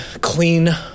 Clean